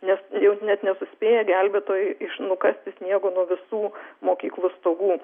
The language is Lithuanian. nes jau net nesuspėja gelbėtojai nukasti sniego nuo visų mokyklų stogų